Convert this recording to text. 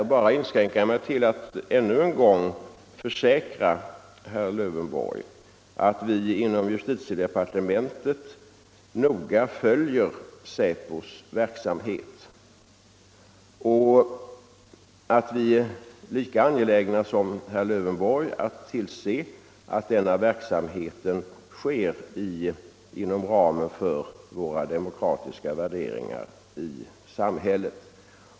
Jag vill här inskränka mig till att ännu en gång försäkra herr Lövenborg att vi inom justitiedepartementet noga följer säpos verksamhet och att vi är lika angelägna som herr Lövenborg att tillse att denna verksamhet sker inom ramen för våra demokratiska värderingar i samhället.